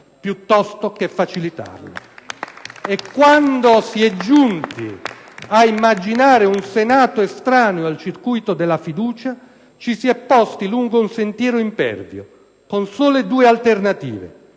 Gruppo* *PdL)*. Quando si è giunti ad immaginare un Senato estraneo al circuito della fiducia, ci si è posti lungo un sentiero impervio, con due sole alternative: